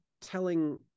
telling